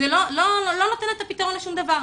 זה לא נותן את הפתרון לשום דבר.